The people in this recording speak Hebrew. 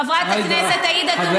חברת הכנסת עאידה תומא סלימאן.